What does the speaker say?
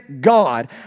God